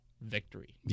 victory